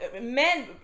men